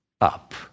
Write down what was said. up